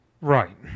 right